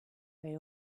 they